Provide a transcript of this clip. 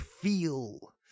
feel